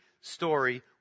story